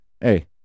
hey